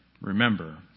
remember